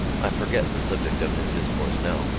i forget the subject of his discourse now.